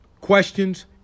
questions